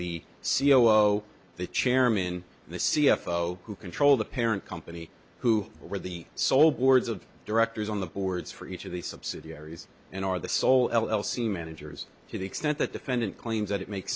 the c e o the chairman the c f o who control the parent company who are the sole boards of directors on the boards for each of the subsidiaries and are the sole l l c managers to the extent that defendant claims that it makes